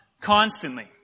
constantly